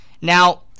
Now